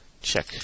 check